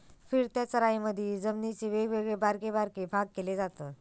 फिरत्या चराईमधी जमिनीचे वेगवेगळे बारके बारके भाग केले जातत